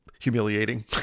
humiliating